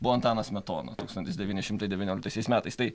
buvo antanas smetona tūkstantis devyni šimtai devynioliktaisiais metais tai